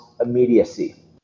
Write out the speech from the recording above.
immediacy